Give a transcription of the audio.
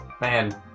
Man